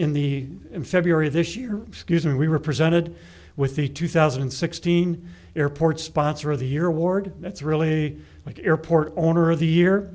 in the in february of this year excuse me we were presented with the two thousand and sixteen airport sponsor of the year award that's really like airport owner of the year